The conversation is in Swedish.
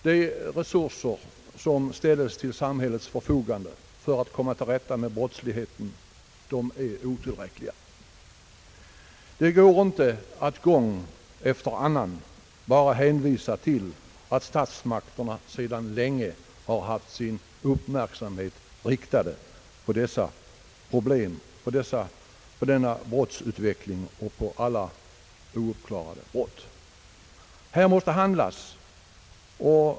De resurser som ställts till samhällets förfogande för att komma till rätta med brottsligheten är otillräckliga. Det går inte att gång efter annan bara hänvisa till att statsmakterna sedan länge haft sin uppmärksamhet riktad på dessa problem, på denna brottsutveckling och på alla ouppklarade brott. Här måste handlas.